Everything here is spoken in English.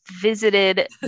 visited